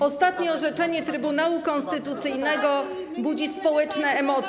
Ostatnie orzeczenie Trybunału Konstytucyjnego budzi społeczne emocje.